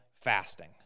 fasting